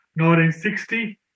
1960